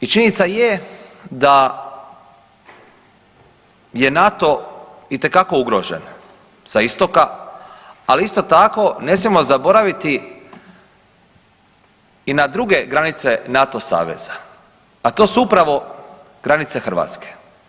I činjenica je da je NATO itekako ugrožen sa istoka, ali isto tako ne smijemo zaboraviti i na druge granice NATO saveza, a to su upravo granice Hrvatske.